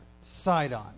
Sidon